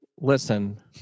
Listen